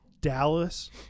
Dallas